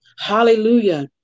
Hallelujah